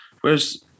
Whereas